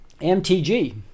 MTG